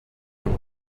from